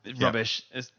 Rubbish